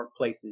workplaces